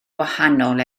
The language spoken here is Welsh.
wahanol